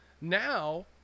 Now